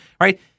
right